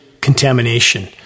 contamination